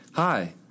Hi